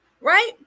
right